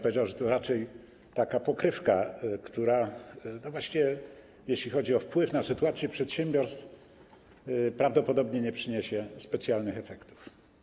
Powiedziałbym, że to raczej taka pokrywka, która, jeśli chodzi o wpływ na sytuację przedsiębiorstw, prawdopodobnie nie przyniesie specjalnych efektów.